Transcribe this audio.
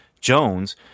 Jones